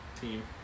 team